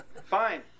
Fine